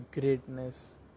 greatness